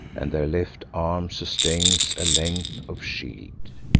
and their left arm sustains a length of shield.